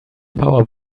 power